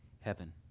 heaven